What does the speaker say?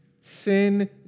Sin